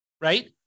right